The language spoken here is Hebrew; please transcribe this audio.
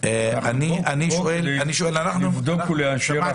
אנחנו פה כדי לבדוק ולאשר החלטות.